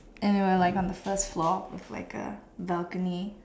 and we were like on the first floor with like a balcony